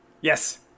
Yes